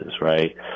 right